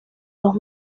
los